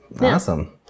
awesome